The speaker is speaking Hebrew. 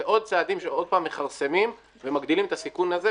זה עוד צעדים שעוד פעם מכרסמים ומגדילים את הסיכון הזה,